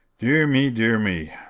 dear me! dear me!